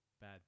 bad